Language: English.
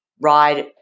ride